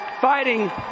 fighting